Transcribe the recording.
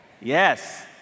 Yes